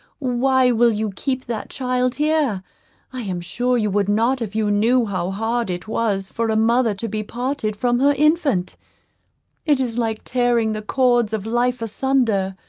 why will you keep that child here i am sure you would not if you knew how hard it was for a mother to be parted from her infant it is like tearing the cords of life asunder.